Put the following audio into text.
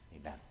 Amen